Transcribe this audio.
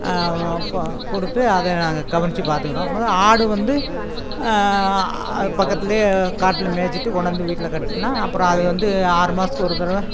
கோ கொடுத்து அதை நாங்கள் கவனித்து பார்த்துக்கிறோம் போது ஆடு வந்து பக்கத்திலே காட்டில் மேய்ச்சிட்டு கொண்டாந்து வீட்டில் கட்டினா அப்புறம் அது வந்து ஆறு மாதத்துக்கு ஒரு தடவை